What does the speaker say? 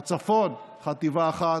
בצפון חטיבה אחת,